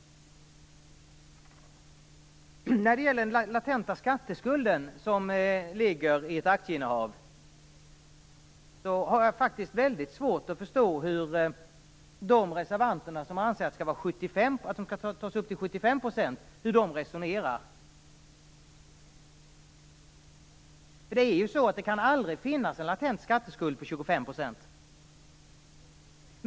När det gäller den latenta skatteskulden, som ligger i ett aktieinnehav, har jag väldigt svårt att förstå hur de reservanter resonerar som anser att den skall tas upp till 75 %. Det kan ju aldrig finnas en latent skatteskuld på 25 %.